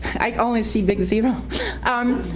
i only see big zero um